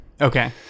Okay